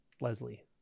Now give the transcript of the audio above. Leslie